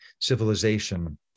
civilization